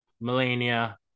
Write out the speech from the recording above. Melania